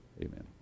Amen